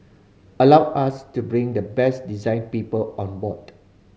allowed us to bring the best design people on board